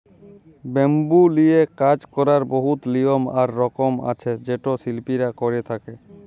bamboo লিয়ে কাজ ক্যরার বহুত লিয়ম আর রকম আছে যেট শিল্পীরা ক্যরে থ্যকে